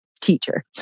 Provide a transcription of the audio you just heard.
teacher